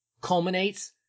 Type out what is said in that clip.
culminates